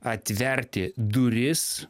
atverti duris